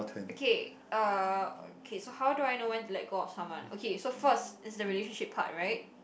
okay uh okay so how do I know when to let go of someone okay so first is the relationship part right